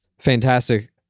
fantastic